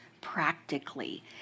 practically